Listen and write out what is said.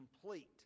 complete